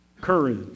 courage